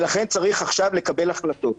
לכן צריך עכשיו לקבל החלטות.